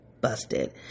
Busted